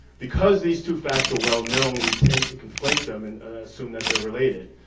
because these two facts are well-known, we tend to conflate them and assume that they're related.